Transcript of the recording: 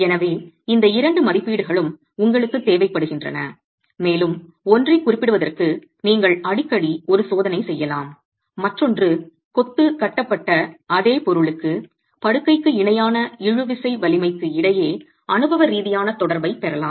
எனவே இந்த இரண்டு மதிப்பீடுகளும் உங்களுக்குத் தேவைப்படுகின்றன மேலும் ஒன்றைக் குறிப்பிடுவதற்கு நீங்கள் அடிக்கடி ஒரு சோதனை செய்யலாம் மற்றொன்று கொத்து கட்டப்பட்ட அதே பொருளுக்கு படுக்கைக்கு இணையான இழுவிசை வலிமைக்கு இடையே அனுபவரீதியான தொடர்பைப் பெறலாம்